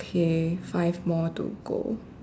okay five more to go